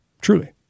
truly